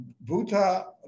Buddha